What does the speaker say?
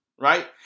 right